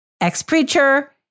ex-preacher